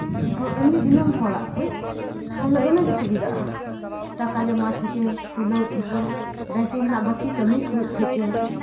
ᱮᱢᱱᱤ ᱫᱤᱱᱟᱹᱢ ᱦᱚᱲᱟᱜ ᱠᱚ ᱫᱤᱱᱟᱹᱢ ᱫᱚᱢᱮᱜᱮ ᱥᱩᱵᱤᱫᱷᱟᱜᱼᱟ ᱴᱟᱠᱟ ᱡᱚᱢᱟ ᱛᱷᱮᱠᱮ ᱛᱩᱞᱟᱹᱣ ᱛᱷᱮᱠᱮ ᱵᱮᱝᱠᱤᱝ ᱨᱮᱱᱟᱜ ᱵᱟᱹᱠᱤ ᱠᱟᱹᱢᱤ ᱠᱚ ᱛᱷᱮᱠᱮ